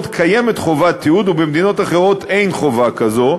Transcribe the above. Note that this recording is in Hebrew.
קיימת חובת תיעוד ובמדינות אחרות אין חובה כזו,